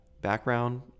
background